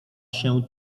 się